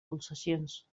pulsacions